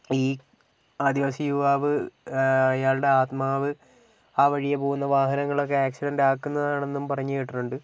ഈ ആദിവാസി യുവാവ് അയാളുടെ ആത്മാവ് ആ വഴിയെ പോകുന്ന വാഹനങ്ങളെയൊക്കെ ആക്സിഡൻ്റ് ആക്കുന്നതാണെന്നും പറഞ്ഞു കേട്ടിട്ടുണ്ട്